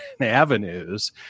avenues